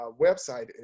website